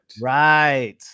Right